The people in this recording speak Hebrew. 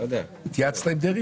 הייתה החלטת ממשלה בעבר?